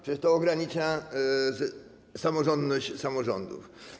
Przecież to ogranicza samorządność samorządów.